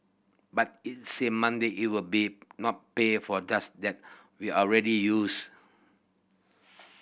but it said Monday it would be not pay for dose that were already used